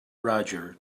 roger